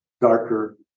darker